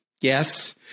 yes